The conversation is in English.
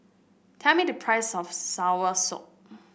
tell me the price of soursop